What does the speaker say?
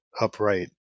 upright